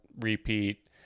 repeat